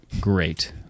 Great